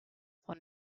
von